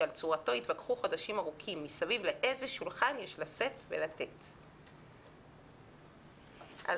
שעל צורתו התווכחו חודשים ארוכים: מסביב לאיזה שולחן יש לשאת ולתת על